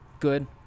Good